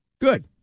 Good